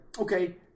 okay